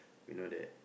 we know that